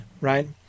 right